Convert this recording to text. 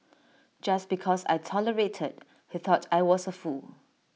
just because I tolerated he thought I was A fool